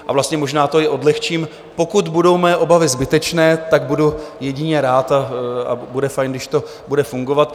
A vlastně možná to i odlehčím pokud budou mé obavy zbytečné, budu jedině rád a bude fajn, když to bude fungovat.